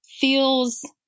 feels